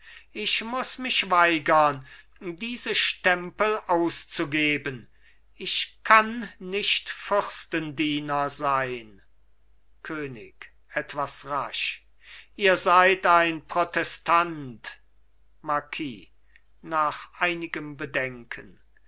ich muß mich weigern diese stempel auszugeben ich kann nicht fürstendiener sein könig etwas rasch ihr seid ein protestant marquis nach einigem bedenken